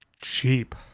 cheap